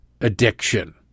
addiction